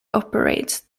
operates